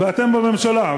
ואתם בממשלה,